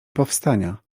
powstania